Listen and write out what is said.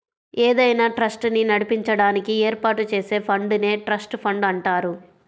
ఏదైనా ట్రస్ట్ ని నడిపించడానికి ఏర్పాటు చేసే ఫండ్ నే ట్రస్ట్ ఫండ్ అంటారు